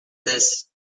this